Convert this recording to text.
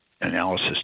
analysis